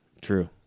True